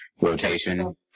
rotation